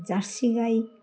jersey গাই